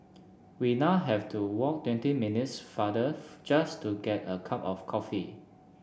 we now have to walk twenty minutes farther just to get a cup of coffee